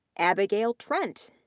abigail trent,